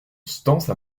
stances